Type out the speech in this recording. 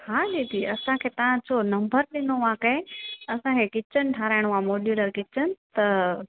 हा दीदी असांखे तव्हांजो नंबर ॾिनो आहे कंहिं असांखे किचन ठाराइणो आहे मोड्यूलर किचन त